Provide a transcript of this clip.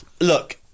Look